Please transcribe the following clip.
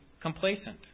complacent